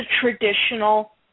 traditional